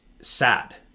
Sad